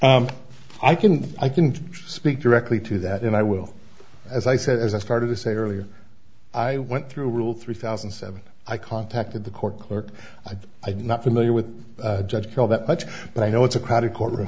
request i can i can speak directly to that and i will as i said as i started to say earlier i went through all three thousand and seven i contacted the court clerk i did not familiar with judge call that much but i know it's a crowded courtroom